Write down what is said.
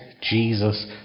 Jesus